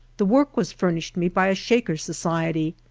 the work was furnished me by a shaker society.